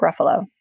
Ruffalo